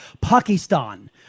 pakistan